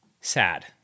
sad